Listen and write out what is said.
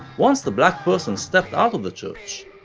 once the black person stepped out of the church,